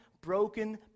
broken